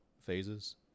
phases